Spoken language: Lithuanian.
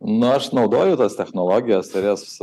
nu aš naudoju tas technologijas ir jas